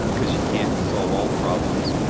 because you can't solve all problems.